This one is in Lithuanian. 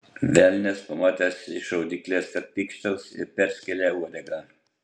velnias pamatęs iš šaudyklės kad pykštels ir perskėlė uodegą